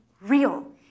real